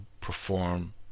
perform